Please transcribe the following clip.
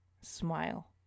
smile